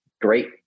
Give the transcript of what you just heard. great